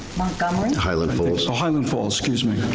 montgomery? highland falls. so highland falls, excuse me.